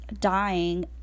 dying